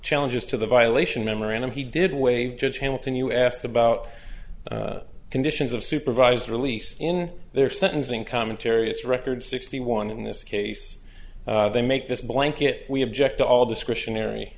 challenges to the violation memorandum he did wages hamilton you asked about the conditions of supervised release in their sentencing commentary it's record sixty one in this case they make this blanket we object to all discretionary